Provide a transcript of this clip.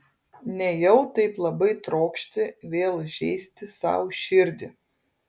nejau taip labai trokšti vėl žeisti sau širdį